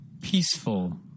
Peaceful